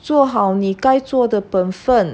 做好你该做的本分